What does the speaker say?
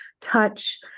touch